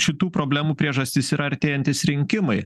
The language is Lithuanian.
šitų problemų priežastis yra artėjantys rinkimai